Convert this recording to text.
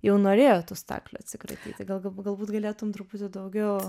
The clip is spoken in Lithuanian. jau norėjo tų staklių atsikratyti galbū galbūt galėtum truputį daugiau